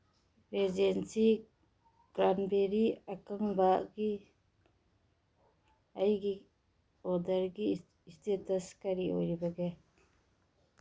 Regency cranberry ꯑꯀꯪꯕꯒꯤ ꯑꯩꯒꯤ ꯑꯣꯔꯗꯔꯒꯤ ꯏꯁꯇꯦꯇꯁ ꯀꯔꯤ ꯑꯣꯏꯔꯤꯕꯒꯦ